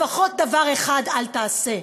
לפחות דבר אחד אל תעשה,